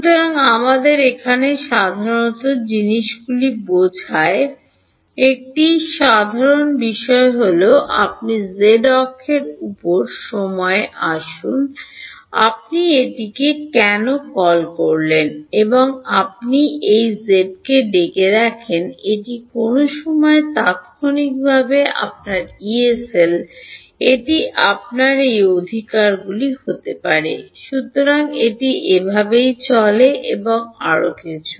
সুতরাং আমাদের এখানে সাধারণ জিনিসগুলি বোঝার একটি সাধারণ বিষয় হল আপনি z অক্ষের উপরে সময় রাখুন আপনি এটিকে কেন কল করলেন এবং আপনি এই x কে ডেকে দেখেন এটি কোনও সময়ে তাত্ক্ষণিকভাবে আপনার ইয়ে সেল এটি আপনার এই অধিকার হতে পারে সুতরাং এটি এভাবেই চলে এবং আরও কিছু